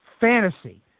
fantasy